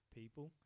people